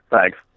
Thanks